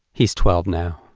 he's twelve now.